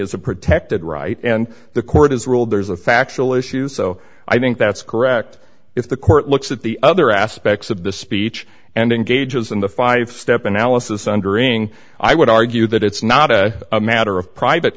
a protected right and the court has ruled there's a factual issue so i think that's correct if the court looks at the other aspects of the speech and engages in the five step analysis wondering i would argue that it's not a matter of private